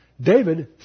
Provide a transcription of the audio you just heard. David